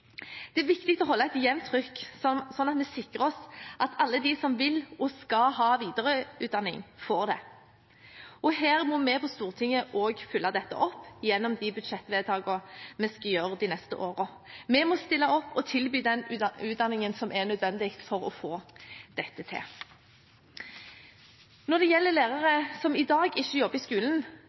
Det er viktig å holde et jevnt trykk, slik at vi sikrer oss at alle de som vil og skal ha videreutdanning, får det. Her må også vi på Stortinget følge dette opp gjennom budsjettvedtakene vi skal gjøre de neste årene. Vi må stille opp og tilby den utdanningen som er nødvendig for å få dette til. Når det gjelder lærere som i dag ikke jobber i skolen,